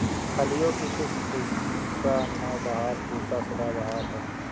फलियों की किस्म पूसा नौबहार, पूसा सदाबहार है